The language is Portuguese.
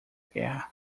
guerra